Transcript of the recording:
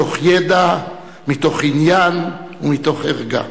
מתוך ידע, מתוך עניין ומתוך ערגה.